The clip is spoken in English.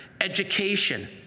education